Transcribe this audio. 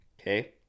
Okay